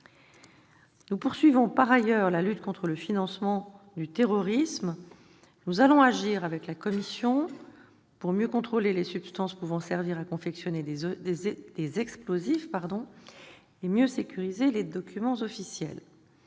Nous poursuivons la lutte contre le financement du terrorisme. Nous allons agir avec la Commission pour mieux contrôler les substances pouvant servir à confectionner des explosifs et mieux sécuriser les documents officiels.